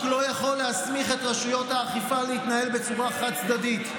לא יכול להסמיך את רשויות האכיפה להתנהל בצורה חד-צדדית.